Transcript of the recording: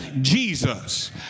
Jesus